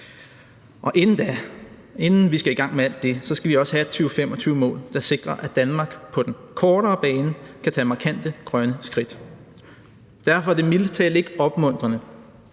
inden vi skal i gang med alt det, skal vi også have et 2025-mål, der sikrer, at Danmark på den kortere bane kan tage markante grønne skridt. Derfor er det mildest talt ikke opmuntrende